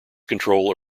control